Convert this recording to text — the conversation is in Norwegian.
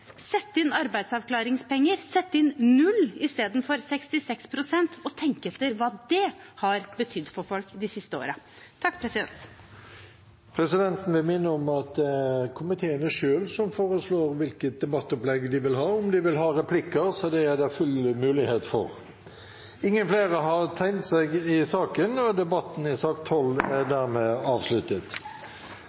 inn arbeidsavklaringspenger. Sett inn null i stedet for 66 pst., og tenk etter hva det har betydd for folk de siste årene. Presidenten vil minne om at det er komiteene selv som foreslår hvilket debattopplegg de vil ha. Om de vil ha replikker, er det full mulighet for det. Flere har ikke bedt om ordet til sak nr. 12. Etter ønske fra finanskomiteen vil presidenten ordne debatten